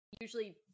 usually